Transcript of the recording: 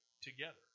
together